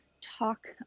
talk